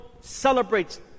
celebrates